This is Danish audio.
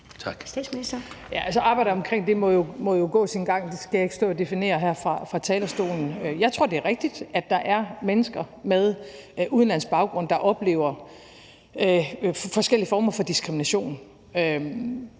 arbejdet omkring det må jo gå sin gang; det skal jeg ikke stå og definere her fra talerstolen. Jeg tror, det er rigtigt, at der er mennesker med udenlandsk baggrund, der oplever forskellige former for diskrimination.